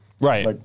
Right